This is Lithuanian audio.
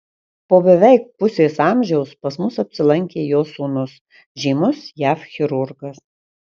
po beveik pusės amžiaus pas mus apsilankė jo sūnus žymus jav chirurgas